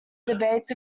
debates